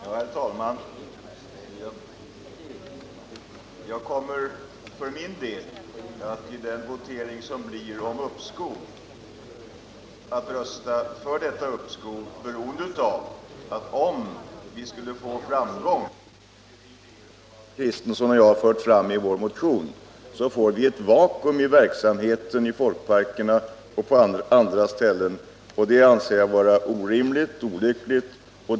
Herr talman! Jag kommer för min del att i voteringen om uppskov rösta för detta uppskov. Om vi inte skulle vinna framgång med de ideér som Valter Kristenson och jag fört fram i vår motion, så får vi ett vakuum i verksamheten i folkparkerna och på andra ställen. Det anser jag vara orimligt och olyckligt.